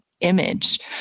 image